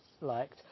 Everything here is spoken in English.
liked